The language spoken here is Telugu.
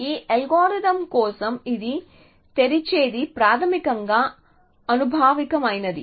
ఈ అల్గోరిథం కోసం ఇది తెరిచేది ప్రాథమికంగా అనుభావికమైనది